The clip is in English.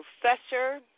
professor